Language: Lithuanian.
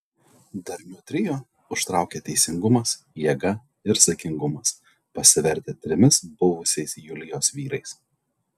darniu trio užtraukė teisingumas jėga ir saikingumas pasivertę trimis buvusiais julijos vyrais